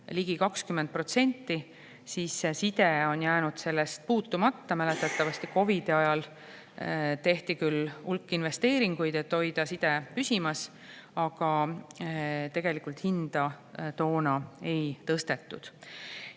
ligi 20%, aga side on jäänud sellest puutumata. Mäletatavasti tehti COVID‑i ajal hulk investeeringuid, et hoida side püsimas, aga tegelikult hinda toona ei tõstetud.